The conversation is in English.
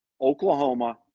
Oklahoma